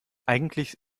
eigentlich